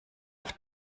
auf